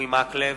אורי מקלב,